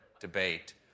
debate